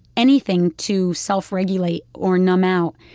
anything to self-regulate or numb out.